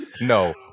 No